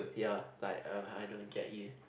ya like I don't get you